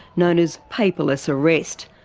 known as paperless arrest.